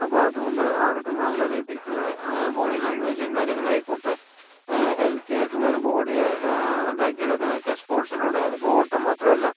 അപ്പൊൾ അത്കൊണ്ട് അവർക്ക് നല്ല രീതിക്കുള്ള ബോഡി ലാംഗ്വേജും കാര്യങ്ങളായിക്കോട്ടെ ഹെൽത്തി ആയിട്ടുള്ള ഒരു ബോഡി ഉണ്ടാക്കി എടുക്കാനൊക്കെ സ്പോർട്സിലൂടെ അതിപ്പോൾ ഓട്ടം മാത്രല്ല